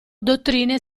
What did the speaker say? dottrine